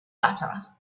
butter